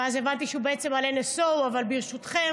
ואז הבנתי שהוא בעצם על NSO, אבל ברשותכם